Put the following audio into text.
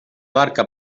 barca